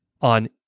on